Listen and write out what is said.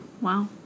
Wow